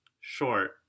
short